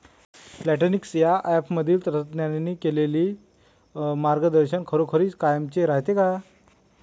Plantix या ॲपमधील तज्ज्ञांनी केलेली मार्गदर्शन खरोखरीच कामाचं रायते का?